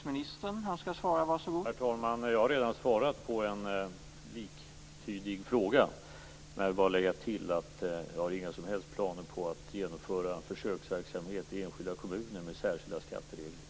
Herr talman! Jag har redan svarat på en liktydig fråga. Men jag vill tillägga att jag inte har några som helst planer på att genomföra försöksverksamhet i enskilda kommuner med särskilda skatteregler.